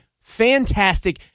fantastic